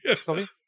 Sorry